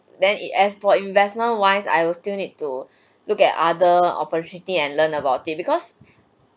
then it as for investment wise I will still need to look at other opportunity and learn about it because